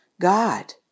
God